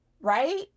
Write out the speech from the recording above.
right